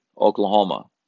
Oklahoma